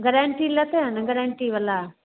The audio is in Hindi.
गरेंटी लेते हैं ना गरेंटी वाला